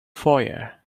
foyer